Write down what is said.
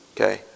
Okay